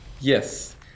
Yes